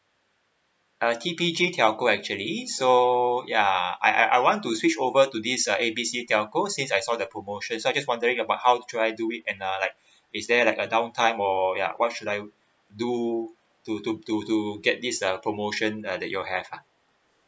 uh T P G telco actually so ya I I I want to switch over to this uh A B C telco since I saw the promotions so I just wondering about how do I do it and uh like is there like a down time or ya or what should I do to to to to get this uh promotion uh that your have lah